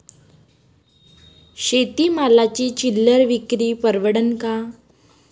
शेती मालाची चिल्लर विक्री परवडन का?